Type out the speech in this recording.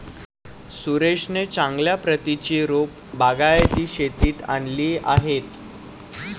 सुरेशने चांगल्या प्रतीची रोपे बागायती शेतीत आणली आहेत